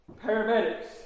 paramedics